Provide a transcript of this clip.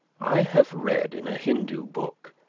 i have read in a hindoo book,